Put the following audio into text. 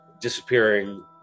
disappearing